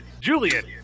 Julian